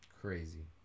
Crazy